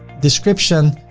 description,